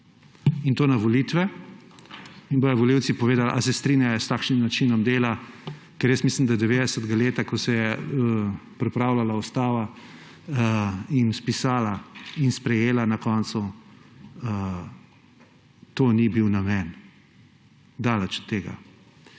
in to na volitve, da bodo volivci povedali, ali se strinjajo s takšnim načinom dela. Jaz mislim, da 90. leta, ko se je pripravljala ustava in spisala in na koncu sprejela, to ni bil namen. Daleč od tega.